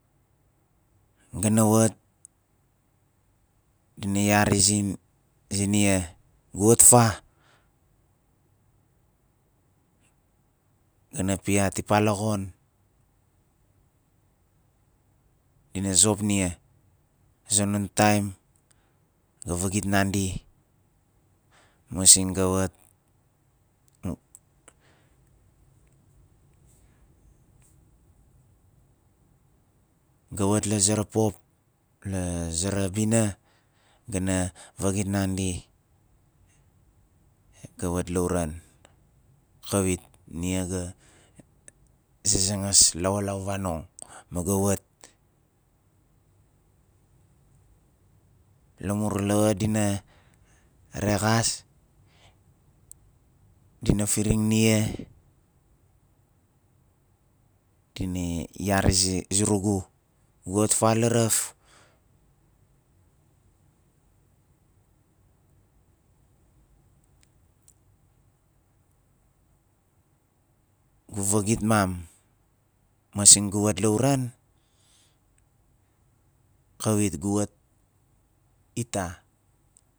Ga na wat dina yari zin- zinia "gu wat fa?" Ga na piat ipa la xon dina zop nia a zonon tam ga vagit nandi masing ga wat ga wat la zare pop la zare bina ga na vagit nandi ke wat la wuran kawit nia ga zazangas lawalau vanong ma ga wat lamur lawa dina regas dina firing nia dina yari zi- zurugu gu wat fa laraf? Gu vagit mam masing gu wat wuran? Kawit gu wat ita